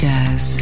Jazz